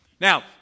Now